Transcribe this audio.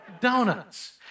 donuts